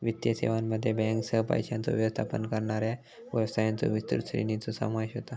वित्तीय सेवांमध्ये बँकांसह, पैशांचो व्यवस्थापन करणाऱ्या व्यवसायांच्यो विस्तृत श्रेणीचो समावेश होता